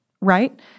right